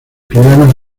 programas